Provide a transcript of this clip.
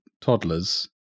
toddlers